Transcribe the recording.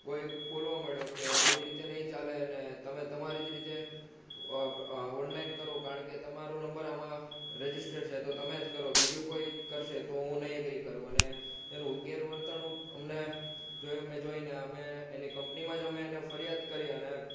boy બોલવા માંડ્યો કે આવી રીતે નહીં ચાલે અને તમે તમારી જ રીતે ઓનલાઈન કરો કારણ કે તમારો નંબર આમાં રજીસ્ટર છે તો તમે જ કરો બીજો કોઈ કરશે તો હું નહીં એગ્રી કરું અને તેની ગેરવર્તણૂક અમને જોઈ અમે જોઈને અમે એની કંપનીમાં જ અમે એને ફરિયાદ કરી અને